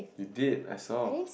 you did I saw